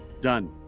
Done